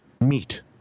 meet